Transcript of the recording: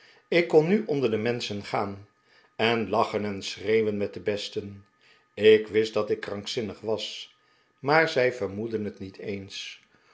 ik kon nu onder de menschen gaan en lachen en schreeuwen met de besten ik wist dat ik krankzinnig was maar zij vermoedden het niet eens